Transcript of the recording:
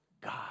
God